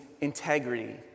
integrity